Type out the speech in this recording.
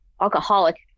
alcoholic